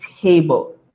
table